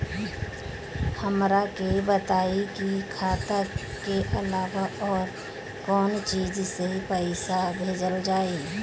हमरा के बताई की खाता के अलावा और कौन चीज से पइसा भेजल जाई?